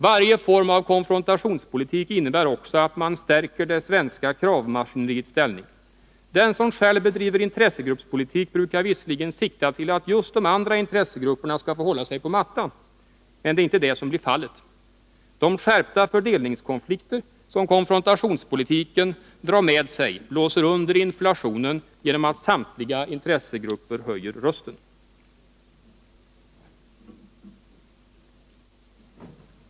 Varje form av konfrontationspolitik innebär också att man stärker det svenska kravmaskineriets ställning. Den som själv bedriver intressegruppspolitik brukar visserligen sikta till att just de andra intressegrupperna skall få hålla sig på mattan. Men det är inte det som blir fallet. De skärpta fördelningskonflikter som konfrontationspolitiken drar med sig blåser under inflationen genom att samtliga intressegrupper höjer rösten.